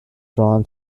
drawn